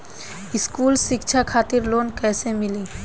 स्कूली शिक्षा खातिर लोन कैसे मिली?